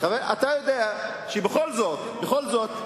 אתה יודע שבכל זאת, בכל זאת,